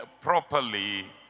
properly